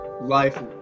life